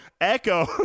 Echo